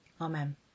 Amen